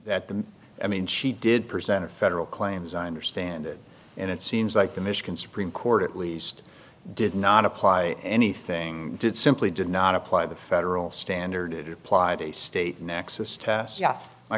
that the i mean she did present federal claims i understand it and it seems like the michigan supreme court at least did not apply anything did simply did not apply the federal standard it applied a state nexus test yes my